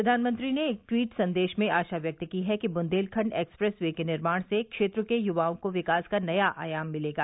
प्रधानमंत्री ने एक ट्वीट संदेश में आशा व्यक्त की है कि बुन्देलखंड एक्सप्रेस वे के निर्माण से क्षेत्र के य्वाओं को विकास का नया आयाम मिलेगा